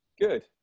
Good